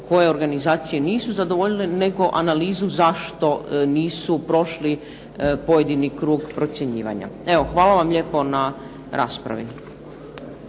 koje organizacije nisu zadovoljile, nego analizu zašto nisu prošli pojedini krug procjenjivanja. Evo, hvala vam lijepo na raspravi.